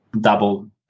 double